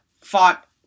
fought